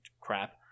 crap